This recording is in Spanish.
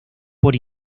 por